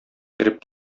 кереп